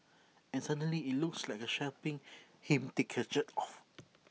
and suddenly IT looks like shopping him take his shirt off